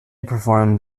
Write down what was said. performed